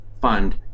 fund